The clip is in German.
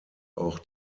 auch